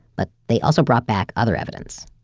but they also brought back other evidence.